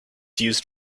used